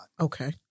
Okay